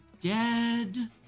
dead